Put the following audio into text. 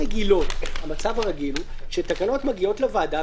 המצב הרגיל הוא שתקנות מגיעות לוועדה,